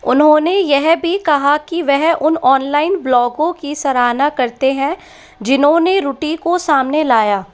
उन्होंने यह भी कहा कि वह उन ऑनलाइन ब्लॉगों की सराहना करते हैं जिन्होंने रुटि को सामने लाया